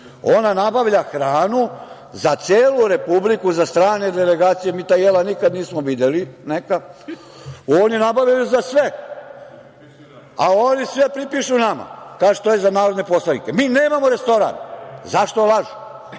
ona nabavlja hranu za celu republiku, za strane delegacije, mi ta jela nikad nismo videli, neka, oni nabavljaju za sve, a oni sve pripišu nama. Kažu, to je za narodne poslanike. Mi nemamo restoran. Zašto